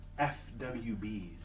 FWBs